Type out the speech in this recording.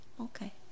okay